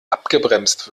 abgebremst